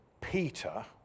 Peter